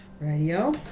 Radio